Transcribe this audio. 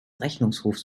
rechnungshofs